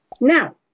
Now